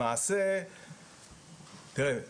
למעשה תראה,